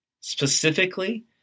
Specifically